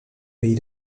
pays